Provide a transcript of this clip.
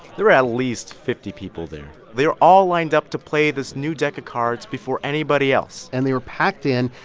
there were at least fifty people there. they were all lined up to play this new deck of cards before anybody else and they were packed in.